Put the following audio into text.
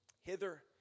hither